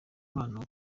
mwana